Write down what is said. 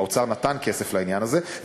האוצר נתן כסף לעניין הזה.